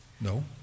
No